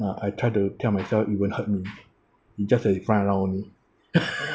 uh I try to tell myself it won't hurt me it just uh fly around only